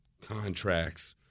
contracts